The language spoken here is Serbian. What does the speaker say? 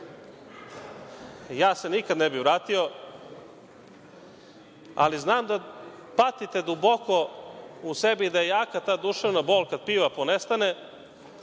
ja se nikad ne bih vratio, ali znam da patite duboko u sebi, da je jaka ta duševna bol kada piva ponestane